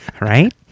Right